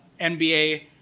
NBA